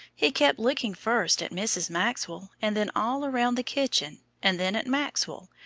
he kept looking first at mrs. maxwell and then all round the kitchen, and then at maxwell,